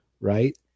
right